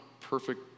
perfect